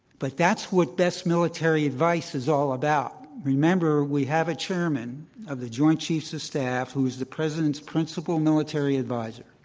but that's what best military advice is all about. remember, we have a chairman of the joint chiefs of staff who is the president's principal military advisor.